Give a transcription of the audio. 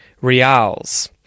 reals